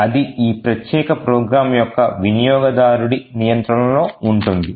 అది ఈ ప్రత్యేక ప్రోగ్రాం యొక్క వినియోగదారుడి నియంత్రణలో ఉంటుంది